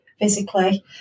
physically